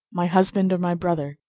my husband my brother,